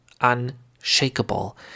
unshakable